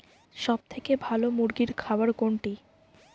সবথেকে ভালো মুরগির খাবার কোনটি?